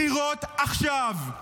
בחירות עכשיו.